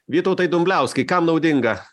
vytautai dumbliauskai kam naudinga